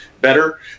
better